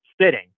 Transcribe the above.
sitting